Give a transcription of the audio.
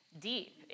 deep